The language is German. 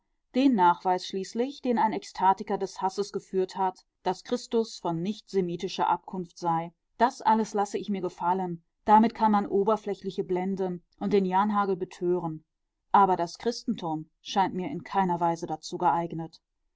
den nachweis schließlich den ein ekstatiker des hasses geführt hat daß christus von nichtsemitischer abkunft sei das alles lasse ich mir gefallen damit kann man oberflächliche blenden und den janhagel betören aber das christentum scheint mir in keiner weise dazu geeignet